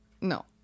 no